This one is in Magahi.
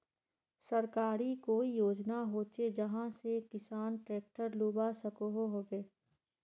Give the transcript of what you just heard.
सरकारी कोई योजना होचे जहा से किसान ट्रैक्टर लुबा सकोहो होबे?